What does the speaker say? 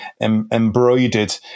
embroidered